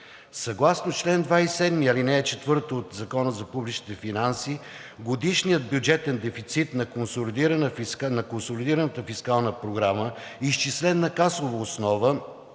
Съгласно чл. 27, ал. 4 от Закона за публичните финанси годишният бюджетен дефицит на консолидирана фискална програма, изчислен на касова основа,